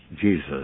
Jesus